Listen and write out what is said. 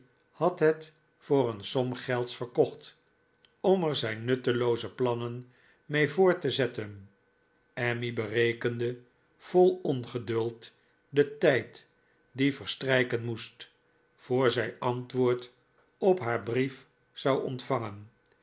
had het voor een som gelds verkocht om er zijn nuttelooze plannen mee voort te zetten emmy berekende vol ongeduld den tijd die verstrijken moest voor zij antwoord op haar brief zou ontvangen